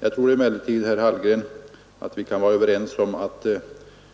Jag tror emellertid, herr Hallgren, att vi kan vara överens om att